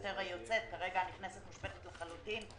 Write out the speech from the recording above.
יותר היוצאת כי כרגע הנכנסת מושבתת לחלוטין,